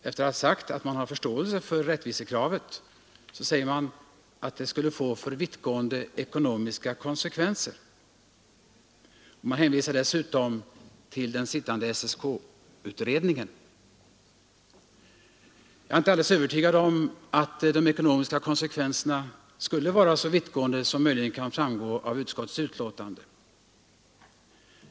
Efter att ha sagt sig ha förståelse för rättvisekravet anför utskottet att ett bifall till motionen skulle få vittgående ekonomiska konsekvenser. Utskottet hänvisar dessutom till den sittande SSK-utredningen. Jag är inte alldeles övertygad om att de ekonomiska konsekvenserna skulle bli så vittgående som det kan verka av utskottets betänkande.